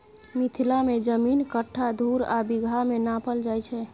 मिथिला मे जमीन कट्ठा, धुर आ बिगहा मे नापल जाइ छै